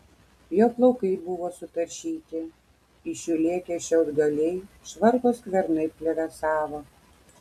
jo plaukai buvo sutaršyti iš jų lėkė šiaudgaliai švarko skvernai plevėsavo